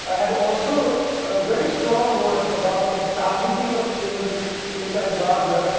ah had also very strong words about the targeting of children inside gaza.